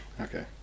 Okay